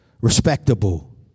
respectable